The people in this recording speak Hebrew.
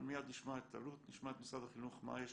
אבל מייד נשמע את אלו"ט - נשמע את משרד החינוך מה יש